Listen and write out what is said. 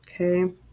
Okay